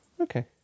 Okay